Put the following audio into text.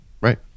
Right